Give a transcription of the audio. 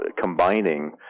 combining